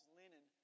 linen